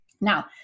Now